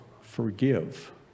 forgive